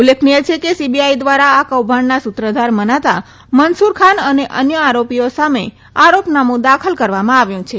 ઉલ્લેખનિય છે કે સીબીઆઈ દ્વારા આ કૌભાંડના સૂત્રધાર મનાતા મન્સૂર ખાન અને અન્ય આરોપીઓ સામે આરોપનામું દાખલ કરવામાં આવ્યું છે